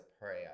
prayer